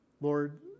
Lord